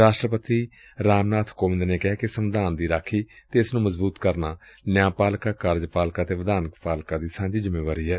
ਰਾਸ਼ਟਰਪਤੀ ਰਾਮ ਨਾਬ ਕੋਵੰਦ ਨੇ ਕਿਹੈ ਕਿ ਸੰਵਿਧਾਨ ਦੀ ਰਾਖੀ ਅਤੇ ਇਸ ਨੰ ਮਜ਼ਬੁਤ ਕਰਨਾ ਨਿਆਂ ਪਾਲਿਕਾ ਕਾਰਜ ਪਾਲਿਕਾ ਅਤ ਵਿਧਾਨ ਪਾਲਿਕਾ ਦੀ ਸਾਂਝੀ ਜਿੰਮੇਵਾਰੀ ਏ